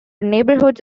neighborhoods